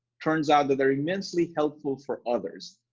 turns out that they're immensely helpful for others.